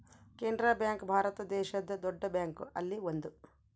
Canara bank ಭಾರತ ದೇಶದ್ ದೊಡ್ಡ ಬ್ಯಾಂಕ್ ಅಲ್ಲಿ ಒಂದು